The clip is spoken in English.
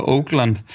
Oakland